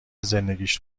زندگیش